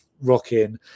rocking